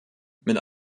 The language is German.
mit